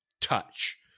touch